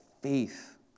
faith